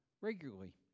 regularly